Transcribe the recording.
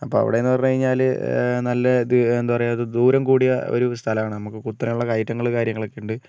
അപ്പം അവിടെ എന്ന് പറഞ്ഞു കഴിഞ്ഞാൽ നല്ല ഇത് എന്താ പറയുക ദൂരം കൂടിയ ഒരു സ്ഥലമാണ് നമക്ക് കുത്തനെയുള്ള കയറ്റങ്ങളും കാര്യങ്ങളൊക്കെ ഉണ്ട്